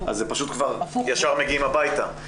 אז פשוט ישר מגיעים הביתה,